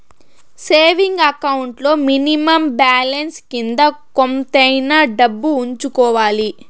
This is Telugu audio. సేవింగ్ అకౌంట్ లో మినిమం బ్యాలెన్స్ కింద కొంతైనా డబ్బు ఉంచుకోవాలి